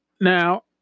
Now